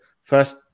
first